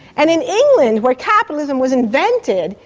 and in england, where capitalism was invented,